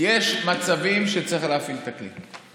אני אומר, יש מצבים שצריך להפעיל את הכלי.